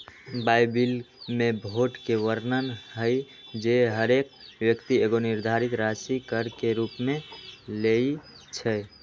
Bible में भोट के वर्णन हइ जे हरेक व्यक्ति एगो निर्धारित राशि कर के रूप में लेँइ छइ